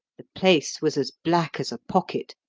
the place was as black as a pocket,